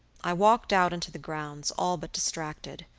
i walked out into the grounds, all but distracted.